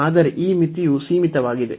ಆದರೆ ಈ ಮಿತಿಯು ಸೀಮಿತವಾಗಿದೆ